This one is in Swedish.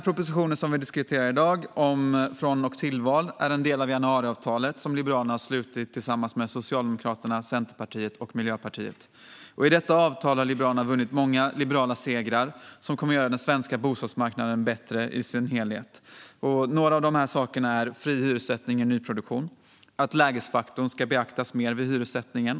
Propositionen som vi diskuterar i dag om från och tillval är en del av januariavtalet som Liberalerna har slutit tillsammans med Socialdemokraterna, Centerpartiet och Miljöpartiet. I detta avtal har Liberalerna vunnit många liberala segrar som kommer att göra den svenska bostadsmarknaden bättre i dess helhet. Några av de sakerna är fri hyressättning i nyproduktion och att lägesfaktorn ska beaktas mer vid hyressättningen.